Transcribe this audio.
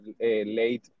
late